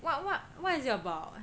what what what is it about